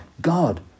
God